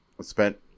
spent